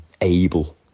able